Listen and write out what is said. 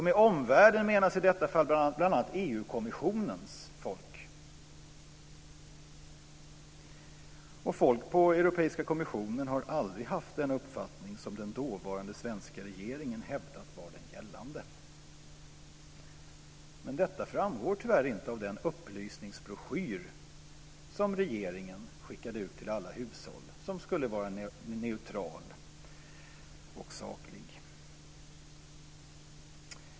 Med omvärlden menas i detta fall bl.a. EU kommissionens folk, och folk på Europeiska kommissionen har aldrig haft den uppfattning som den dåvarande svenska regeringen hävdat var den gällande. Men detta framgår tyvärr inte av den upplysningsbroschyr som regeringen skickade ut till alla hushåll och som skulle vara neutral och saklig.